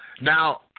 Now